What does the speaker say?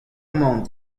mañ